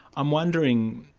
i'm wondering,